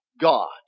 God